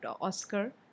Oscar